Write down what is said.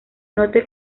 note